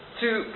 two